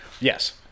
Yes